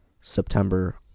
September